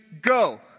go